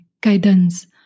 guidance